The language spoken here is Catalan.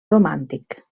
romàntic